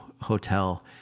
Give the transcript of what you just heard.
hotel